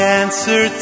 answer